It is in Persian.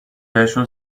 بهشون